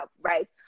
right